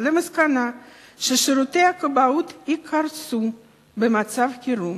למסקנה ששירותי הכבאות יקרסו במצב חירום.